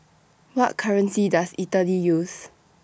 What currency Does Italy use